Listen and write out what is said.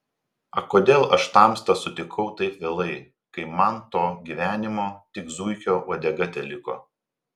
ak kodėl aš tamstą sutikau taip vėlai kai man to gyvenimo tik zuikio uodega teliko